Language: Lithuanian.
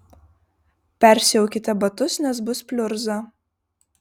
persiaukite batus nes bus pliurza